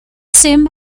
sim